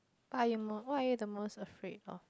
what are you most what are you the most afraid of